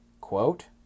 quote